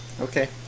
Okay